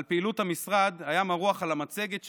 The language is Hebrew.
על פעילות המשרד, היה מרוח על המצגת שלו: